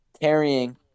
carrying